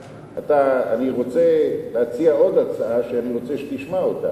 אני רוצה להציע עוד הצעה, שאני רוצה שתשמע אותה.